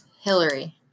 Hillary